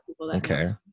okay